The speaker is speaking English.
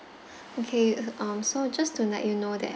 okay um so just to let you know that